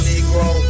Negro